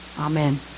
Amen